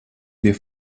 bija